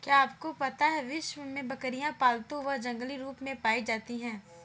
क्या आपको पता है विश्व में बकरियाँ पालतू व जंगली रूप में पाई जाती हैं?